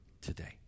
today